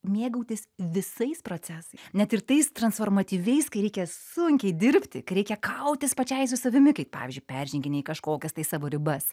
mėgautis visais procesai net ir tais transformatyviais kai reikia sunkiai dirbti kai reikia kautis pačiai su savimi kai pavyzdžiui perženginėji kažkokias tai savo ribas